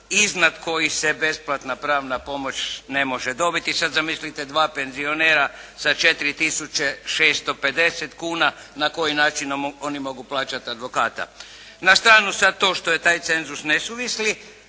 iznad kojih se besplatna pravna pomoć ne može dobiti. Sada zamislite dva penzionera sa 4.650,00 kuna na koji način oni mogu plaćati advokata. Na stranu sada to što je taj cenzus nesuvisli,